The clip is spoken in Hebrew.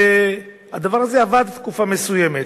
והדבר הזה עבד תקופה מסוימת.